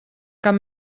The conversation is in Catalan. cap